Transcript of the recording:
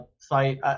site